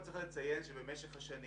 יש לציין שבמשך השנים